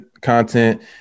content